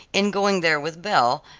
in going there with belle,